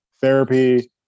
therapy